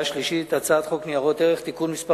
השלישית את הצעת חוק ניירות ערך (תיקון מס'